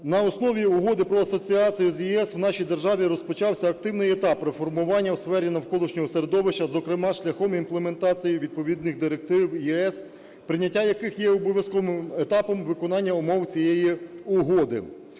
На основі Угоди про асоціацію з ЄС в нашій державі розпочався активний етап реформування у сфері навколишнього середовища, зокрема шляхом імплементації відповідних директив ЄС, прийняття яких є обов'язковим етапом виконання умов цієї угоди.